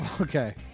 Okay